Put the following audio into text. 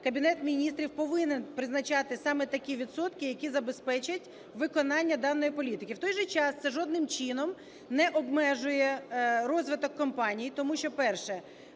Кабінет Міністрів повинен призначати саме такі відсотки, які забезпечать виконання даної політики. В той же час це жодним чином не обмежує розвиток компаній, тому що, перше,